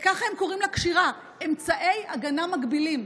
ככה הם קוראים לקשירה: אמצעי הגנה מגבילים.